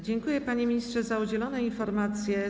Dziękuję, panie ministrze, za udzielone informacje.